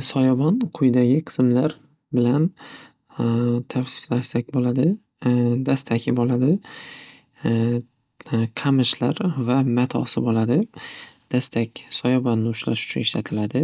Soyabon quyidagi qismlar bilan tavsiflasak bo'ladi. Dastaki bo'ladi. Qamishlar va matosi bo'ladi. Dastak soyabonni ushlash uchun ishlatiladi.